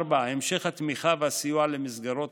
אז המשך התמיכה והסיוע למסגרות